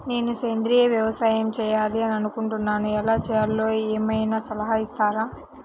నేను సేంద్రియ వ్యవసాయం చేయాలి అని అనుకుంటున్నాను, ఎలా చేయాలో ఏమయినా సలహాలు ఇస్తారా?